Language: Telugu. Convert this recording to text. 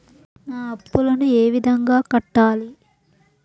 నా అప్పులను ఏ విధంగా కట్టాలి?